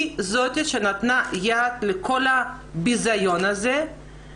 היא זו שנתנה יד לכל הביזיון הזה.